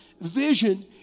vision